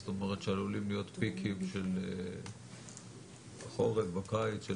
זאת אומרת שעלולים להיות פיקים של חורף, בקיץ?